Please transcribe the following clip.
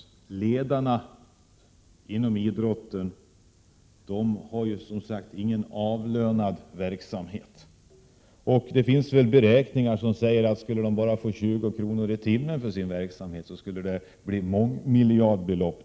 De flesta av ledarna inom idrotten bedriver som sagt ingen avlönad verksamhet. Det finns beräkningar som visar att det om dessa ledare så bara skulle få 20 kr. i timmen för sin verksamhet skulle komma att handla om mångmiljardbelopp.